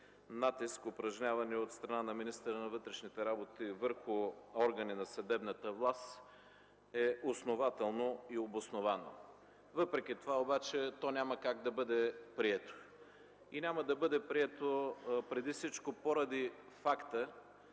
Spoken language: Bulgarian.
натиск, упражняван от страна на министъра на вътрешните работи върху органи на съдебната власт, е основателно и обосновано. Въпреки това обаче то няма как да бъде прието. Няма как да бъде прието поради факта,